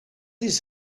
his